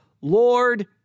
Lord